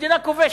כמדינה כובשת.